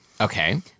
Okay